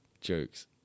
Jokes